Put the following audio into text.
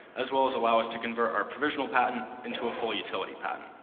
as well as allow us to convert our provisional patent into a full utility patent.